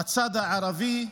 בצד הערבי,